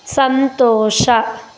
ಸಂತೋಷ